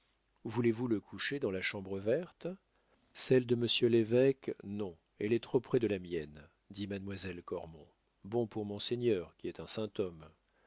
voulez-vous le coucher dans la chambre verte celle de monseigneur l'évêque non elle est trop près de la mienne dit mademoiselle cormon bon pour monseigneur qui est un saint homme